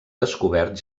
descobert